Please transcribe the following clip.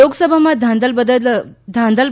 લોકસભામાં ધાંધલ